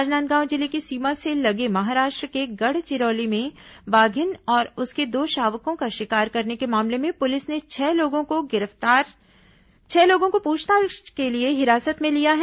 राजनांदगांव जिले की सीमा से लगे महाराष्ट्र के गढ़चिरौली में बाधिन और उसके दो शावकों का शिकार करने के मामले में पुलिस ने छह लोगों को पूछताछ के लिए हिरासत में लिया है